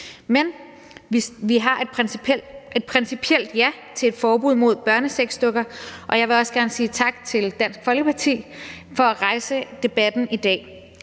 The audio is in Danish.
men vi siger principielt ja til et forbud mod børnesexdukker, og jeg vil også gerne sige tak til Dansk Folkeparti for at rejse debatten i dag.